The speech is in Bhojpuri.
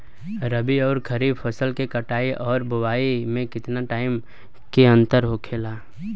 रबी आउर खरीफ फसल के कटाई और बोआई मे केतना टाइम के अंतर होखे के चाही?